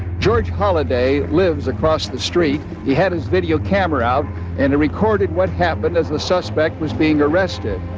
george holliday lives across the street. he had his video camera out and recorded what happened as the suspect was being arrested.